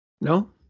No